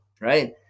right